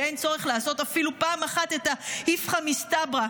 שאין צורך לעשות אפילו פעם אחת את האיפכא מסתברא,